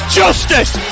justice